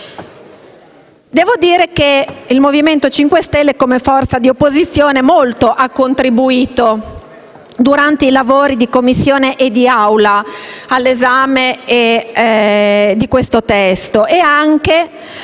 Devo dire che il Movimento 5 Stelle, come forza di opposizione, molto ha contribuito, durante i lavori di Commissione e di Aula, all'esame di questo testo e anche